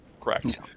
Correct